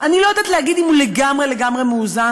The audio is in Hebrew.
אני לא יודעת להגיד אם הוא לגמרי לגמרי מאוזן,